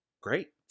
Great